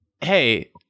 hey